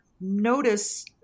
notice